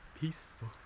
peaceful